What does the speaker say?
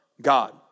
God